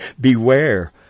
beware